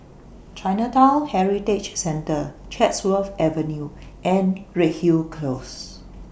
Chinatown Heritage Centre Chatsworth Avenue and Redhill Close